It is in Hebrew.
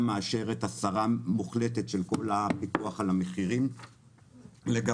מאשרת הסרה מוחלטת של כל הפיקוח על המחירים לגביו?